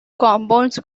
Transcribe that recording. compounds